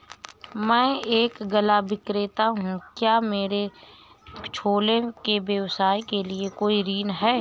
मैं एक गल्ला विक्रेता हूँ क्या मेरे छोटे से व्यवसाय के लिए कोई ऋण है?